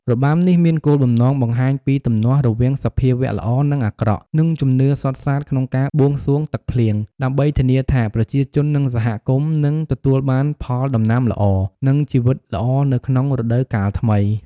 របាំនេះមានគោលបំណងបង្ហាញពីទំនាស់រវាងសភាវៈល្អនិងអាក្រក់ និងជំនឿសុទ្ធសាធក្នុងការបួងសួងទឹកភ្លៀង ដើម្បីធានាថា ប្រជាជននិងសហគមន៍នឹងទទួលបានផលដំណាំល្អ និងជីវិតល្អនៅក្នុងរដូវកាលថ្មី។